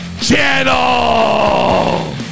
channel